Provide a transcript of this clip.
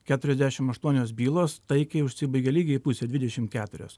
keturiasdešim aštuonios bylos taikiai užsibaigė lygiai pusė dvidešim keturios